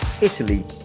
Italy